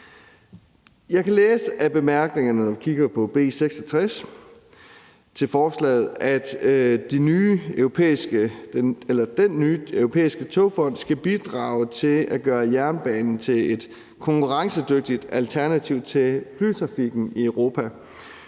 Jeg kan læse af bemærkningerne til forslaget, når jeg kigger på B 66, at den nye europæiske togfond skal bidrage til at gøre jernbanen til et konkurrencedygtigt alternativ til flytrafikken i Europa.